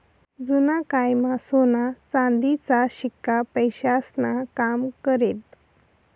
जुना कायमा सोना चांदीचा शिक्का पैसास्नं काम करेत